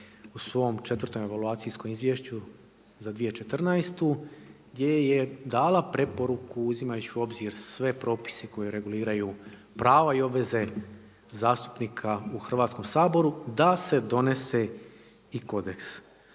u svom četvrtom evaluacijskom izvješću za 2014. gdje je dala preporuku uzimajući u obzir sve propise koje reguliraju prava i obveze zastupnika u Hrvatskom saboru da se donese i kodeks.